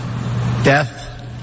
death